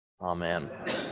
Amen